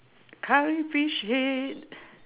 curry fish head